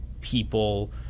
people